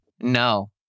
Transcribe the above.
No